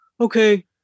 okay